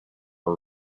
are